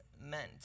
meant